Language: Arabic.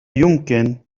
يمكن